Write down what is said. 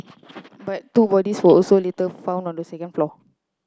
but two bodies were also later found on the second floor